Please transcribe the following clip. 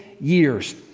years